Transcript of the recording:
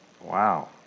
wow